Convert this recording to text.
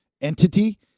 entity